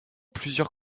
plusieurs